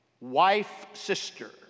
wife-sister